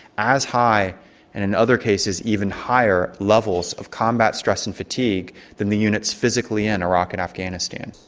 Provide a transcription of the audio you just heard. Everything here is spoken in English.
as high and in other cases even higher levels of combat stress and fatigue than the units physically in iraq and afghanistan.